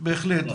בהחלט.